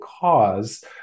cause